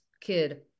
kid